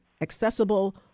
accessible